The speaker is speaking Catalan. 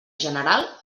general